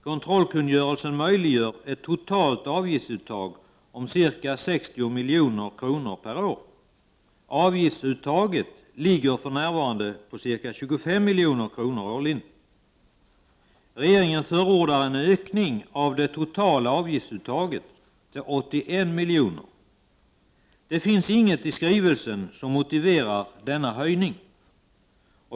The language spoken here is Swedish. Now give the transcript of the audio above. Kontrollkungörelsen möjliggör ett totalt avgiftsuttag på ca 60 milj.kr. per år. Avgiftsuttaget ligger för närvarande på ca 25 milj.kr. årligen. Regeringen förordar en ökning av det totala avgiftsuttaget till 81 miljoner. Det finns inget i skrivelsen som motiverar denna höjning.